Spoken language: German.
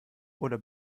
oder